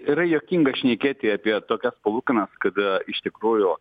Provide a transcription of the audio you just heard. yra juokinga šnekėti apie tokias palūkanas kada iš tikrųjų